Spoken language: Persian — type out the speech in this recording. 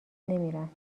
نمیرم